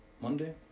Monday